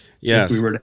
Yes